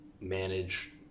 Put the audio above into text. manage